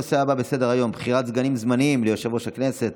הנושא הבא בסדר-היום: בחירת סגנים זמניים ליושב-ראש הכנסת.